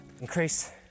increase